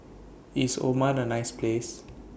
IS Oman A nice Place